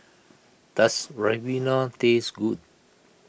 does Ribena taste good